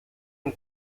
und